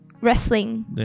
wrestling